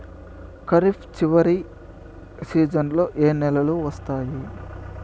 ఖరీఫ్ చివరి సీజన్లలో ఏ నెలలు వస్తాయి?